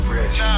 Rich